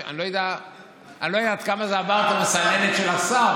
אני לא יודע עד כמה זה עבר במסננת של השר.